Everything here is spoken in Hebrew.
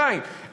תנור וכיריים.